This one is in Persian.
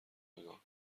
نگاه